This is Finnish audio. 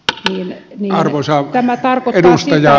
tämä tarkoittaa sitä